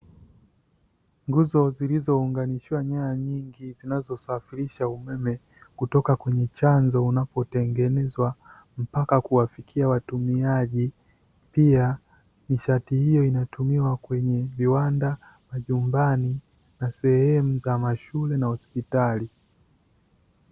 Nguzo zilizo unganishiwa nyaya nyingi zinazo safirisha umeme, kutoka kwenye chanzo unapo tengenezwa mpaka kuwafikia watumiaji, pia nishati hiyo inatumiwa kwenye viwanda, majumbani, na sehemu za mashule na hospitali.